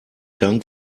dank